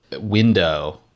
window